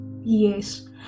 Yes